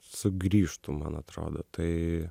sugrįžtu man atrodo tai